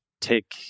take